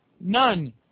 None